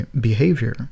behavior